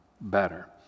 better